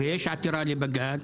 -- ויש עתירה לבג"ץ,